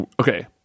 okay